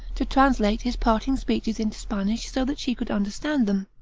to translate his parting speeches into spanish, so that she could understand them.